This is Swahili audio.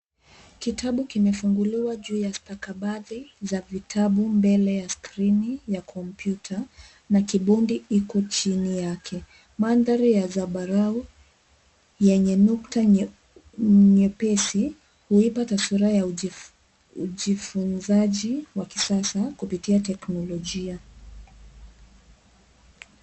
Kitabu kimefunguliwa juu ya stakabadhi za vitabu mbele ya skrini ya kompyuta, na kibundi iko chini yake. Mandhari ya zambarau yenye nukta nyepesi, huipa taswira ya ujifunzaji wa kisasa kupitia teknolojia.